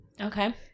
Okay